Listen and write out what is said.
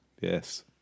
Yes